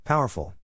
Powerful